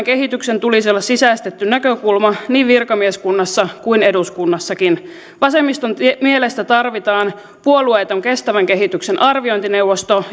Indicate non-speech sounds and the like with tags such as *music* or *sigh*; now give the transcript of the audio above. *unintelligible* kehityksen tulisi olla sisäistetty näkökulma niin virkamieskunnassa kuin eduskunnassakin vasemmiston mielestä tarvitaan puolueeton kestävän kehityksen arviointineuvosto *unintelligible*